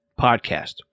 podcast